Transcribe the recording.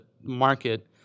market